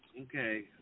Okay